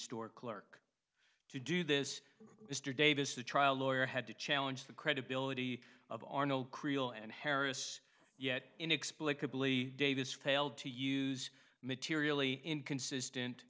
store clerk to do this mr davis the trial lawyer had to challenge the credibility of arnold creel and harris yet inexplicably davis failed to use materially inconsistent